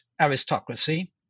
aristocracy